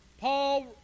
Paul